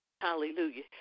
Hallelujah